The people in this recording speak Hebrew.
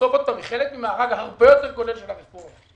שהיא חלק ממארג הרבה יותר כולל של הרפורמה.